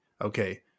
Okay